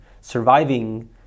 surviving